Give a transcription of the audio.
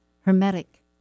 Hermetic